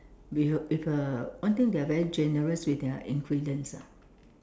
with with uh one thing they are very generous with their ingredients ah